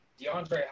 DeAndre